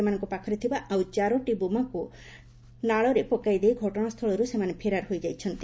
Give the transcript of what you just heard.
ସେମାନଙ୍କ ପାଖରେ ଥିବା ଆଉ ଚାରିଟି ବୋମାକୁ ନଳାରେ ପକାଇ ଦେଇ ଘଟଣା ସ୍ଥଳରୁ ସେମାନେ ଫେରାର ହୋଇଯାଇଛନ୍ତି